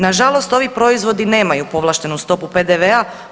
Na žalost ovi proizvodi nemaju povlaštenu stopu PDV-a.